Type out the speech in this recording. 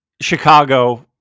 Chicago